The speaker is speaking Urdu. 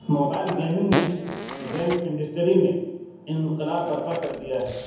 موبائل گیمنگ نے گیم انڈسٹری میں انقلاب برپا کر دیا ہے